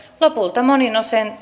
lopulta monin